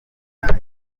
ntacyo